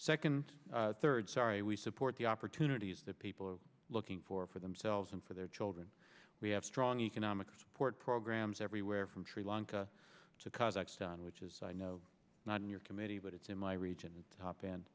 second third sorry we support the opportunities that people are looking for for themselves and for their children we have strong economic support programs everywhere from sri lanka to kazakhstan which is i know not in your committee but it's in my region top and